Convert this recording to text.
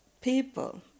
people